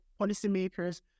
policymakers